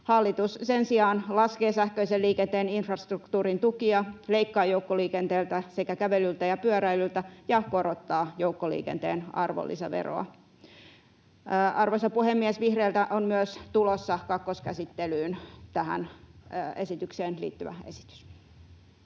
Hallitus sen sijaan laskee sähköisen liikenteen infrastruktuurin tukia, leikkaa joukkoliikenteeltä sekä kävelyltä ja pyöräilyltä ja korottaa joukkoliikenteen arvonlisäveroa. Arvoisa puhemies! Vihreiltä on myös tulossa kakkoskäsittelyyn tähän esitykseen liittyvä esitys.